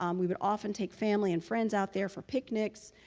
um we would often take family and friends out there for picnics.